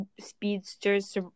speedsters